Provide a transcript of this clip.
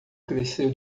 cresceu